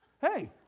Hey